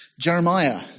Jeremiah